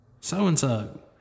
so-and-so